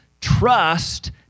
trust